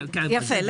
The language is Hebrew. יפה.